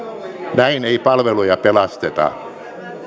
näin ei palveluja pelasteta